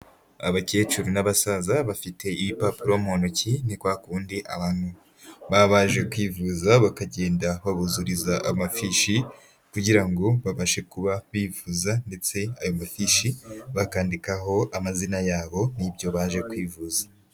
Abakecuru n'abasaza bafite ibipapuro mu ntoki, ni kwa kundi abantu baba baje kwivuza bakagenda babuzuriza amafishi kugira ngo babashe kuba bivuza ndetse ayo mafishi bakandikaho amazina yabo n'ibyo baje kwivuza.